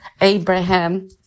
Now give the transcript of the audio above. Abraham